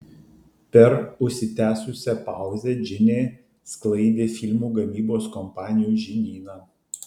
per užsitęsusią pauzę džinė sklaidė filmų gamybos kompanijų žinyną